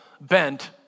bent